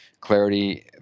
Clarity